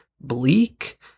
bleak